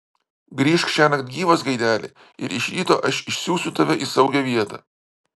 grįžk šiąnakt gyvas gaideli ir iš ryto aš išsiųsiu tave į saugią vietą